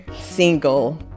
single